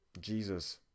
Jesus